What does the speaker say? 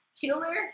killer